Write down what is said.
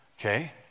Okay